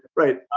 right